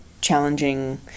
challenging